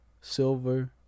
silver